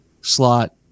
slot